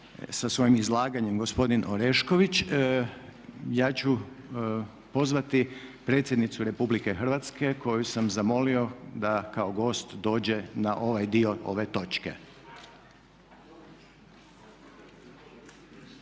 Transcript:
sa svojim izlaganjem gospodin Orešković ja ću pozvati predsjednicu Republike Hrvatske koju sam zamolio da kao gost dođe na ovaj dio ove točke.